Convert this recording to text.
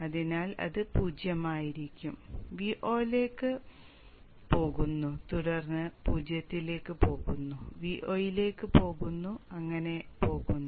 അതിനാൽ അത് 0 ആയിരിക്കും Vo ലേക്ക് പോകുന്നു തുടർന്ന് 0 ലേക്ക് പോകുന്നു Vo യിലേക്ക് പോകുന്നു അങ്ങനെയങ്ങനെ പോകുന്നു